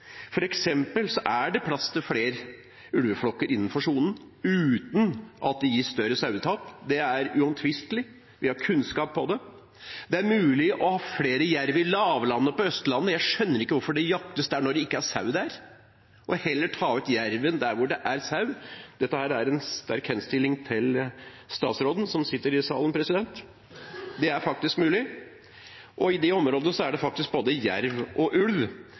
er det plass til flere ulveflokker innenfor sonen, uten at det gir større sauetap. Det er uomtvistelig, vi har kunnskap om det. Det er mulig å ha flere jerv i lavlandet på Østlandet – jeg skjønner ikke hvorfor det jaktes der når det ikke er sau der – og heller ta ut jerven der det er sau. Dette er en sterk henstilling til statsråden som sitter i salen, for det er faktisk mulig. I de områdene er det både jerv og ulv,